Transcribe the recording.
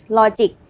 logic